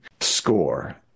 score